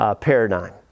paradigm